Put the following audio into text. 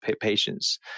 patients